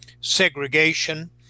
segregation